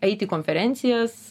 eit į konferencijas